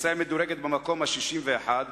ישראל מדורגת במקום ה-61,